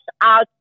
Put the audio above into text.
out